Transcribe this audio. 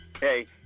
Hey